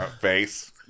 Face